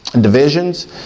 divisions